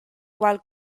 cual